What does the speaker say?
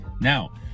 Now